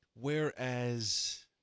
Whereas